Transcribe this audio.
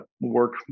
work